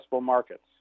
markets